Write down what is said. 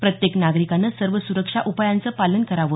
प्रत्येक नागरिकाने सर्व सुरक्षा उपायांचं पालन करावं